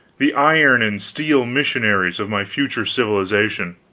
the iron and steel missionaries of my future civilization.